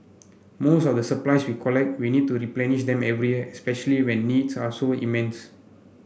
most of the supplies we collect we need to replenish them every year especially when needs are so immense